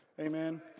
Amen